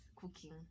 cooking